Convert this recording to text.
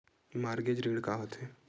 Mortgage ऋण का होथे?